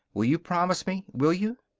will you promise me? will you?